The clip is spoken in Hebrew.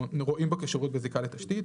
או רואים בו כשירות בזיקה לתשתית.